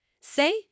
Say